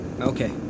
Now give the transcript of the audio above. Okay